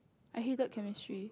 I hated chemistry